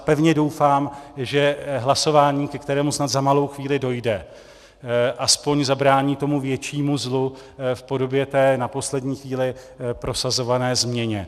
Pevně doufám, že hlasování, ke kterému snad za malou chvíli dojde, aspoň zabrání tomu většímu zlu v podobě té na poslední chvíli prosazované změny.